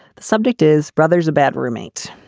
the subject is brothers. a bad roommate.